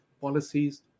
policies